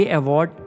award